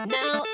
now